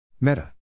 Meta